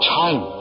time